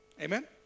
Amen